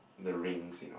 the rings you know